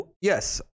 Yes